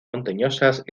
montañosas